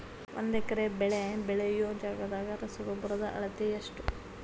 ಒಂದ್ ಎಕರೆ ಬೆಳೆ ಬೆಳಿಯೋ ಜಗದಾಗ ರಸಗೊಬ್ಬರದ ಅಳತಿ ಎಷ್ಟು?